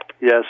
Yes